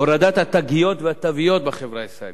הורדת התגיות והתוויות בחברה הישראלית,